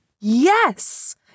yes